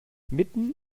mitten